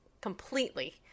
Completely